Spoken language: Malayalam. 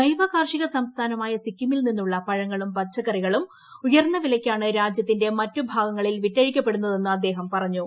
ജൈവ കാർഷിക സംസ്ഥാനമായ സിക്കിമിൽ നിന്നുള്ള പഴങ്ങളും പച്ചക്കറികളും ഉയർന്ന വിലയ്ക്കാണ് രാജ്യത്തിന്റെ മറ്റുജില്ലകളിൽ വിറ്റഴിക്കപ്പെടുന്നതെന്ന് അദ്ദേഹം പറഞ്ഞു